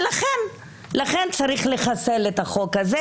ולכן צריך לחסל את החוק הזה,